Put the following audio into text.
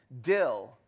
dill